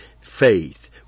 faith